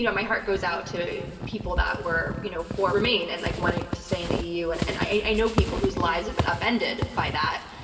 you know my heart goes out to people that were you know for remain, and like wanted to stay in the eu. and and i know people whose lives have been upended by that.